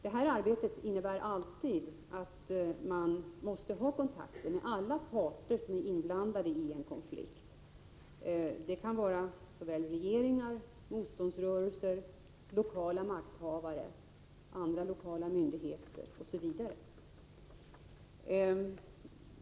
Sådant arbete innebär alltid att man måste ha kontakter med alla parter som är inblandade i en konflikt. Det kan vara regeringar, motståndsrörelser, lokala makthavare, olika lokala myndigheter osv.